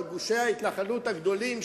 על גושי ההתנחלות הגדולים,